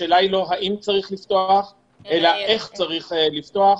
השאלה היא לא האם צריך לפתוח אלא איך צריך לפתוח.